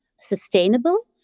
sustainable